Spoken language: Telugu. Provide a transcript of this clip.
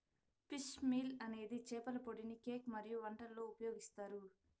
ఫిష్ మీల్ అనేది చేపల పొడిని కేక్ మరియు వంటలలో ఉపయోగిస్తారు